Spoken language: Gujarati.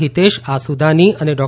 હિતેષ આસુદાની અને ડો